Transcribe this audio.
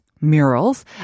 murals